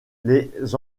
les